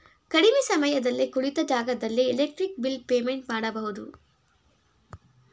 ಕಡಿಮೆ ಸಮಯದಲ್ಲಿ ಕುಳಿತ ಜಾಗದಲ್ಲೇ ಎಲೆಕ್ಟ್ರಿಕ್ ಬಿಲ್ ಪೇಮೆಂಟ್ ಮಾಡಬಹುದು